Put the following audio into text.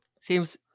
Seems